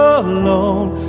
alone